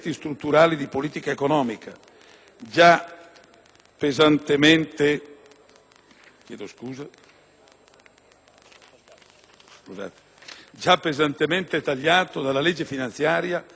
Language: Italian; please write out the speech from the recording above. già pesantemente tagliato dal disegno di legge finanziaria attualmente in discussione alla Camera